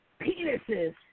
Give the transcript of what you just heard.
penises